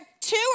two